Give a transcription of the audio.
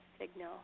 signal